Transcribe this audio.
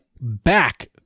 back